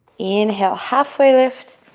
inhale, halfway lift.